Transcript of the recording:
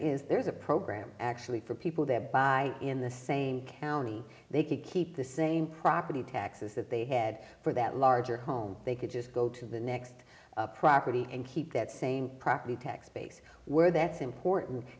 is there's a program actually for people there by in the same county they keep the same property taxes that they head for that larger home they can just go to the next property and keep that same property tax base where that's important